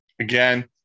again